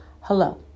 hello